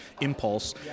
impulse